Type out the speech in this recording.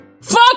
Fuck